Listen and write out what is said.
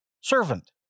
servant